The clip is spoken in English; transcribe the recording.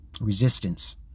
resistance